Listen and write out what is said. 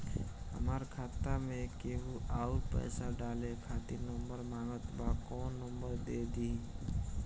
हमार खाता मे केहु आउर पैसा डाले खातिर नंबर मांगत् बा कौन नंबर दे दिही?